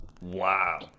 Wow